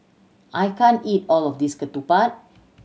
I can't eat all of this Ketupat